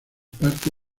parte